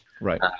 Right